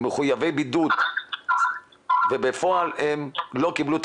מחוייבי בידוד ובפועל הם לא קיבלו את